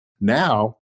Now